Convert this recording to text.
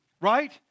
Right